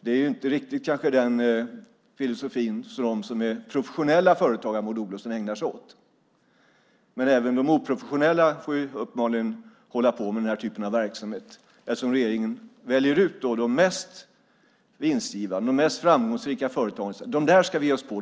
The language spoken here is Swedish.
Det kanske inte är den filosofi som de professionella företagarna har, Maud Olofsson. Även de oprofessionella får uppenbarligen hålla på med den här typen av verksamhet. Regeringen väljer ut de mest vinstgivande och framgångsrika företagen och säger: Dem ska vi ge oss på.